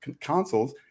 consoles